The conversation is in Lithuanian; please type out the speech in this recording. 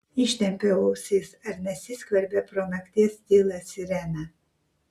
ištempiu ausis ar nesiskverbia pro nakties tylą sirena